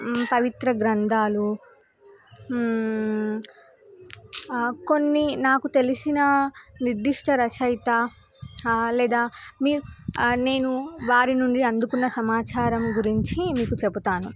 పవిత్ర గ్రంధాలు కొన్ని నాకు తెలిసిన నిర్దిష్ట రచయిత లేదా మీ నేను వారి నుండి అందుకున్న సమాచారం గురించి మీకు చెబుతాను